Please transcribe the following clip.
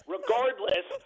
Regardless